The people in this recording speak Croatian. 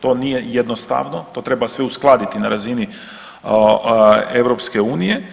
To nije jednostavno, to treba sve uskladiti na razini EU.